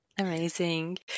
amazing